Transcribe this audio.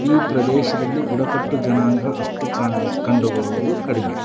ಈ ಪ್ರದೇಶದಲ್ಲಿ ಬುಡಕಟ್ಟು ಜನಾಂಗ ಅಷ್ಟು ಕಂಡುಬರೋದು ಕಡಿಮೆ